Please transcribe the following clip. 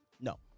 No